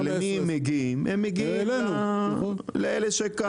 והם מגיעים דווקא לאלה שקל.